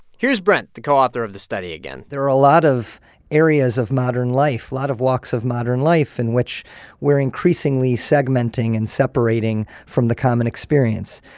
here's brent, the co-author of the study, again there are a lot of areas of modern life, lot of walks of modern life in which we're increasingly segmenting and separating from the common experience,